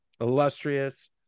illustrious